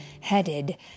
headed